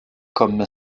comme